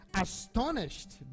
astonished